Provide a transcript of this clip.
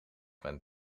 bent